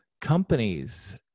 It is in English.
companies